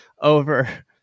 over